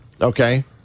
Okay